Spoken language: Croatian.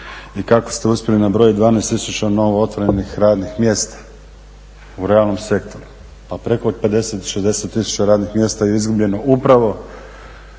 i kako ste uspjeli nabrojiti 12000 novo otvorenih radnih mjesta u realnom sektoru, a preko 50, 60000 radnih mjesta je izgubljeno upravo